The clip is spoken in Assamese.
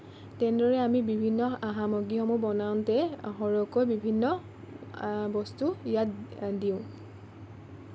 তেনেদৰে আমি বিভিন্ন সামগ্ৰীসমূহ বনাওঁতে সৰহকৈ বিভিন্ন বস্তু ইয়াত দিওঁ